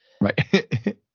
Right